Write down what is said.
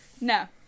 No